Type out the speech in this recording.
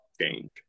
change